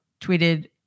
tweeted